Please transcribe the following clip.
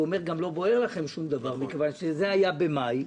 הוא אומר: גם לא בוער לכם שום דבר מכיוון שזה היה במאי,